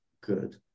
good